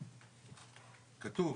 כתוב: